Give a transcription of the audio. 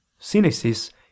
synesis